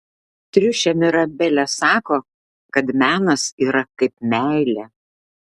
triušė mirabelė sako kad menas yra kaip meilė